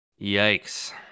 Yikes